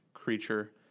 creature